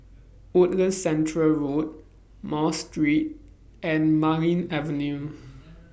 Woodlands Centre Road Mosque Street and Marlene Avenue